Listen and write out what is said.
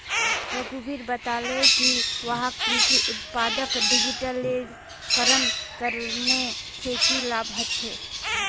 रघुवीर बताले कि वहाक कृषि उत्पादक डिजिटलीकरण करने से की लाभ ह छे